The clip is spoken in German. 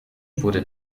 wurde